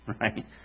right